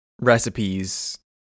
recipes